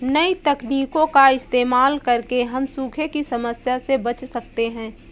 नई तकनीकों का इस्तेमाल करके हम सूखे की समस्या से बच सकते है